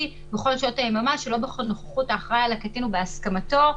בכל שעות היממה שלא בנוכחות האחראי על הקטין ובהסכמתו.